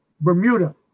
Bermuda